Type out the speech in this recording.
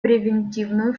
превентивную